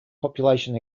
population